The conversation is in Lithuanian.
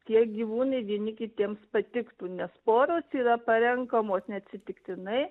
tie gyvūnai vieni kitiems patiktų nes poros yra parenkamos neatsitiktinai